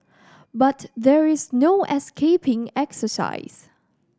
but there is no escaping exercise